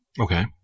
Okay